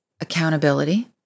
accountability